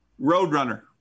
Roadrunner